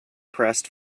pressed